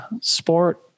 sport